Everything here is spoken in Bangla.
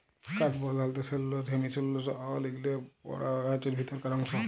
কাঠ পরধালত সেলুলস, হেমিসেলুলস অ লিগলিলে গড়া গাহাচের ভিতরকার অংশ